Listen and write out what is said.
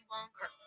Longer